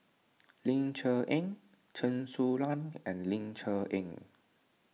Ling Cher Eng Chen Su Lan and Ling Cher Eng